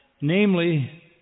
namely